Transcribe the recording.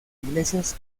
iglesias